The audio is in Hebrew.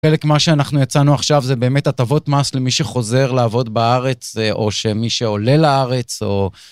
חלק ממה שאנחנו יצאנו עכשיו זה באמת הטבות מס למי שחוזר לעבוד בארץ אה.. או שמי שעולה לארץ או...